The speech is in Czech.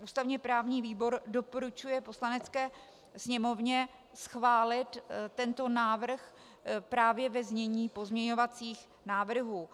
Ústavněprávní výbor doporučuje Poslanecké sněmovně schválit tento návrh právě ve znění pozměňovacích návrhů.